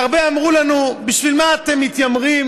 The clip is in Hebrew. והרבה אמרו לנו: בשביל מה אתם מתיימרים